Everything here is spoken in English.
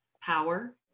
power